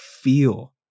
feel